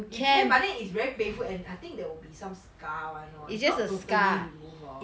you can but then it's very painful and I think there will be some scar [one] lor is not totally remove lor